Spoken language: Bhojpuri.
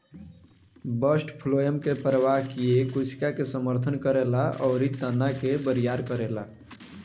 बस्ट फ्लोएम के प्रवाह किये कोशिका के समर्थन करेला अउरी तना के बरियार करेला